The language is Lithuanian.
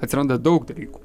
atsiranda daug dalykų